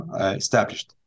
established